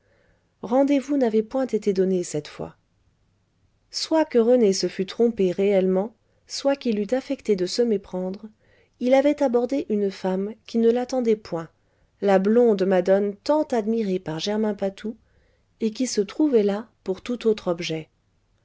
rendez-vous n'avait point été donné cette fois soit que rené se fût trompé réellement soit qu'il eût affecté de se méprendre il avait abordé une femme qui ne l'attendait point la blonde madone tant admirée par germain patou et qui se trouvait là pour tout autre objet